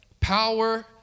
power